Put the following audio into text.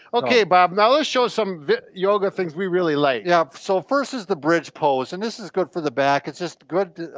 okay, bob, now let's show some yoga things we really like. yup, so first is the bridge pose and this is good for the back. it's just good,